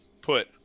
put